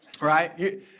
right